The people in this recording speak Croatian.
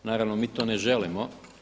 Naravno mi to ne želimo.